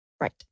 Right